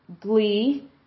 glee